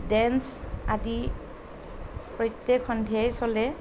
dance আদি প্ৰত্যেক সন্ধিয়াই চলে